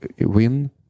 win